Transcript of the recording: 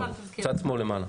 בצד שמאל למעלה.